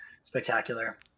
spectacular